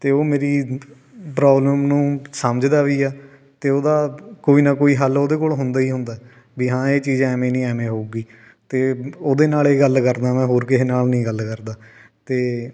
ਅਤੇ ਉਹ ਮੇਰੀ ਪ੍ਰੋਬਲਮ ਨੂੰ ਸਮਝਦਾ ਵੀ ਆ ਅਤੇ ਉਹਦਾ ਕੋਈ ਨਾ ਕੋਈ ਹੱਲ ਉਹਦੇ ਕੋਲ ਹੁੰਦਾ ਹੀ ਹੁੰਦਾ ਵੀ ਹਾਂ ਇਹ ਚੀਜ਼ ਐਵੇਂ ਨਹੀਂ ਐਵੇਂ ਹੋਵੇਗੀ ਅਤੇ ਉਹਦੇ ਨਾਲ ਇਹ ਗੱਲ ਕਰਦਾ ਮੈਂ ਹੋਰ ਕਿਸੇ ਨਾਲ ਨਹੀਂ ਗੱਲ ਕਰਦਾ ਅਤੇ